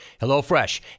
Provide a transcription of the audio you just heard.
HelloFresh